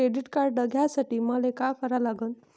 Credit card घ्यासाठी मले का करा लागन?